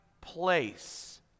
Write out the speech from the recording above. place